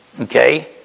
okay